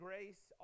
Grace